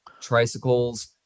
tricycles